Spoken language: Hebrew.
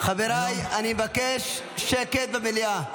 חבריי, אני מבקש שקט במליאה.